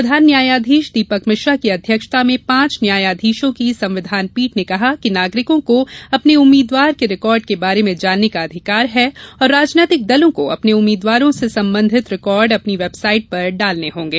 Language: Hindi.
प्रधान न्यायाधीश दीपक मिश्रा की अध्यक्षता में पांच न्यायाधीशों की संविधान पीठ ने कहा कि नागरिकों को अपने उम्मीदवार के रिकॉर्ड के बारे में जानने का अधिकार है और राजनीतिक दलों को अपने उम्मीदवारों से संबंधित रिकॉर्ड अपनी वेबसाइट पर डालने होंगे